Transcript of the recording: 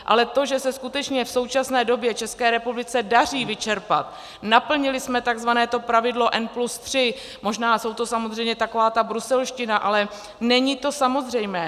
Ale to, že se skutečně v současné době České republice daří vyčerpat, naplnili jsme tzv. to pravidlo N+3, možná je to samozřejmě taková ta bruselština, ale není to samozřejmé.